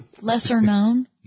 lesser-known